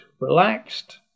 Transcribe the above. relaxed